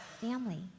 family